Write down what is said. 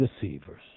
deceivers